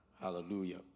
Hallelujah